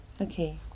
Okay